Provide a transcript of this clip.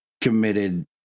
committed